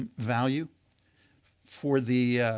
ah value for the